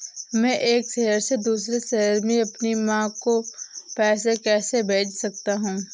मैं एक शहर से दूसरे शहर में अपनी माँ को पैसे कैसे भेज सकता हूँ?